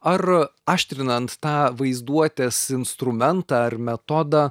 ar aštrinant tą vaizduotės instrumentą ar metodą